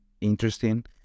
interesting